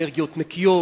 אנרגיות נקיות,